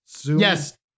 Yes